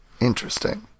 Interesting